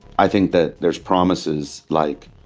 i think that there's promises like,